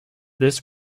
this